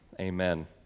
Amen